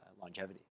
longevity